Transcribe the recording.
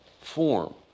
form